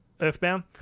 Earthbound